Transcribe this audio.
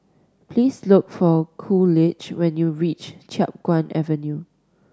please look for Coolidge when you reach Chiap Guan Avenue